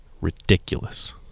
ridiculous